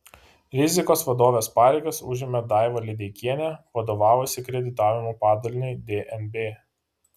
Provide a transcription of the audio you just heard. rizikos vadovės pareigas užėmė daiva lideikienė vadovavusi kreditavimo padaliniui dnb